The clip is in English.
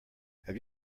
have